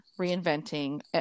reinventing